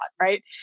right